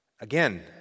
Again